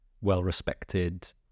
well-respected